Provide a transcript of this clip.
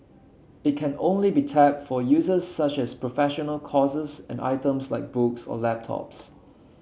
it can only be tapped for uses such as professional courses and items like books or laptops